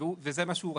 וזה מה שהוא רצה.